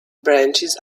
branches